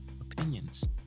opinions